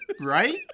Right